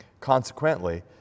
Consequently